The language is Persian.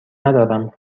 ندارم